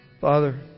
Father